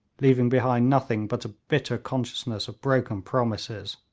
leaving behind nothing but a bitter consciousness of broken promises!